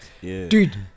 Dude